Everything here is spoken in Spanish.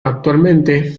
actualmente